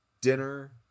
dinner